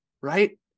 right